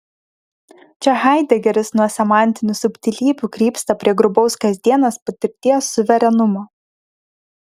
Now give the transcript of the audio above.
čia haidegeris nuo semantinių subtilybių krypsta prie grubaus kasdienės patirties suverenumo